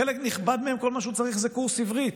חלק נכבד מהם, כל מה שהוא צריך זה קורס עברית,